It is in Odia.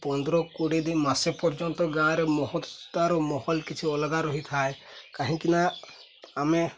ପନ୍ଦର କୋଡ଼ିଏ ଦିନ ମାସେ ପର୍ଯ୍ୟନ୍ତ ଗାଁରେ ତା'ର ମାହୋଲ୍ କିଛି ଅଲଗା ରହିଥାଏ କାହିଁକି ନା ଆମେ